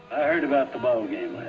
i heard about the ball game